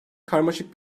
karmaşık